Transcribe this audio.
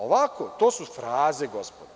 Ovako, to su fraze, gospodo.